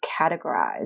categorized